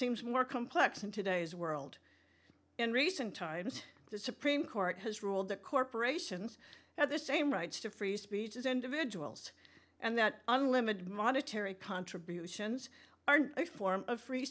seems more complex in today's world in recent times the supreme court has ruled that corporations now the same rights to free speech as individuals and that unlimited monetary contributions aren't a form of free